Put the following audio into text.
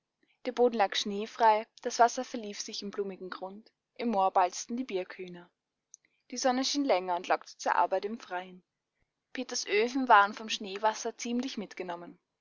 der boden lag schneefrei das wasser verlief sich im blumigen grund im moor balzten die birkhühner die sonne schien länger und lockte zur arbeit im freien peters öfen waren vom schneewasser ziemlich mitgenommen